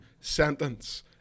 sentence